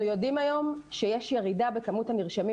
אנחנו יודעים היום שיש ירידה בכמות הנרשמים